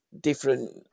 different